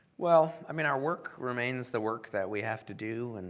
well, i mean, our work remains the work that we have to do, and